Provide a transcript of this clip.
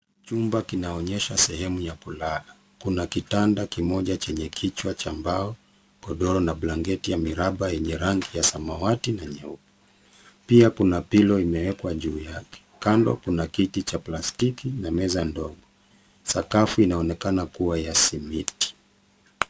Chumba kinaonyesha sehemu ya kulala. Kuna kitanda kimoja chenye kichwa cha mbao, godoro na blanketi ya miraba yenye rangi ya samawati na nyeupe. Pia, kuna pillow imewekwa juu yake. Kando kuna kiti cha plastiki na meza ndogo. Sakafu inaonekana kuwa ya simiti.